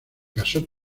casó